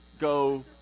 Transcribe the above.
go